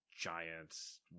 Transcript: giants